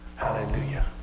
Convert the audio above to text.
Hallelujah